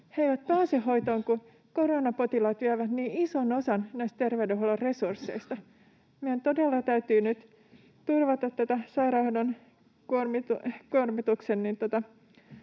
He eivät pääse hoitoon, kun koronapotilaat vievät niin ison osan näistä terveydenhuollon resursseista. Meidän todella täytyy nyt turvata sairaanhoidon resursseja